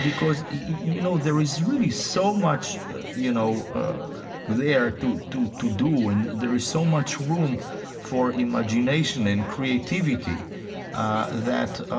because, you know, there is really so much you know there to do to do and there is so much room for imagination and creativity that